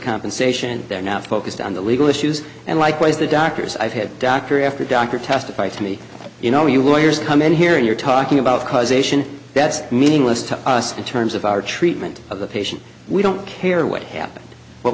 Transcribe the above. compensation they're now focused on the legal issues and likewise the doctors i've had doctor after doctor testify to me you know you lawyers come in here and you're talking about causation that's meaningless to us in terms of our treatment of the patient we don't care what happens what